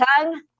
tongue